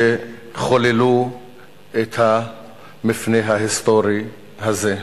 שחוללו את המפנה ההיסטורי הזה.